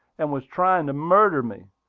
and was trying to murder me,